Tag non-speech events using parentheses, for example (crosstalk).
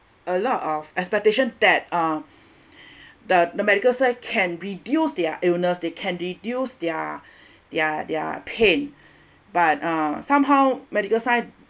a lot of expectation that uh (breath) the the medical science can reduce their illnesses they can reduce their (breath) their their pain but uh somehow medical science